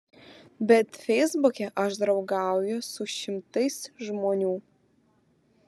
bet feisbuke aš draugauju su šimtais žmonių